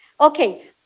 Okay